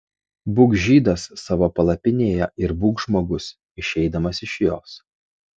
būk žydas savo palapinėje ir būk žmogus išeidamas iš jos